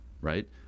right